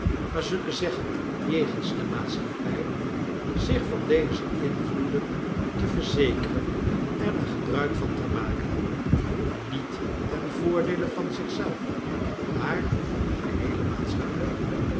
maar zullen zeggeh jegens de maatschappij zich van deze invloeden te verzekeren en er gebruik van te maken niet ten voordeele van zich zelf maar van de geheele maatschappij